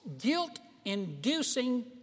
guilt-inducing